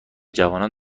جوانان